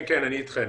כן, אני איתכם.